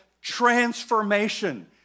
transformation